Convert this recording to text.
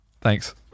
Thanks